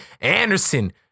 Anderson